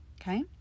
okay